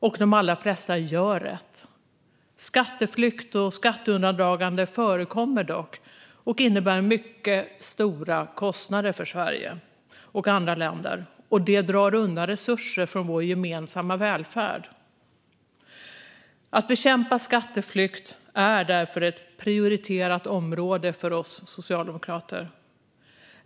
Och de allra flesta gör rätt. Skatteflykt och skatteundandragande förekommer dock och innebär mycket stora kostnader för Sverige och andra länder, och det drar undan resurser från vår gemensamma välfärd. Att bekämpa skatteflykt är därför ett prioriterat område för oss socialdemokrater.